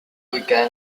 ubicada